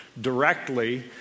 directly